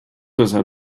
deshalb